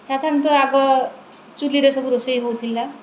ସାଧାରଣତଃ ଆଗ ଚୁଲିରେ ସବୁ ରୋଷେଇ ହେଉଥିଲା